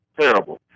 terrible